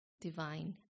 divine